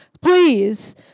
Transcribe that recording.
Please